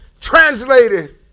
Translated